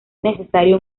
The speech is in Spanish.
necesario